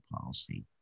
policy